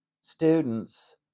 students